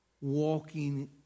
walking